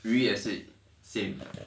鱼也是 same